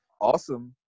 awesome